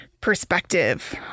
perspective